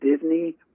Disney